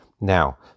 Now